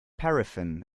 paraffin